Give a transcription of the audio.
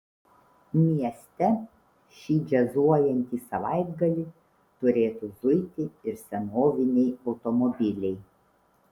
mieste šį džiazuojantį savaitgalį turėtų zuiti ir senoviniai automobiliai